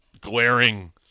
glaring